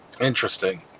Interesting